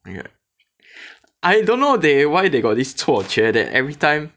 weird I don't know they why they got this 错觉 that every time